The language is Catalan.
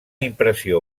impressió